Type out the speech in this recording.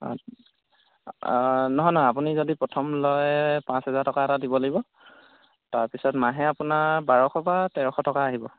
নহয় নহয় আপুনি যদি প্ৰথম লয় পাঁচ হাজাৰ টকা এটা দিব লাগিব তাৰপিছত মাহে আপোনাৰ বাৰশ বা তেৰশ টকা আহিব